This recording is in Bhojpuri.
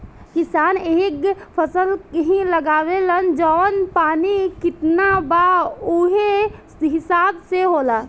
किसान एहींग फसल ही लगावेलन जवन पानी कितना बा उहे हिसाब से होला